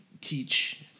teach